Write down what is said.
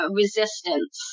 resistance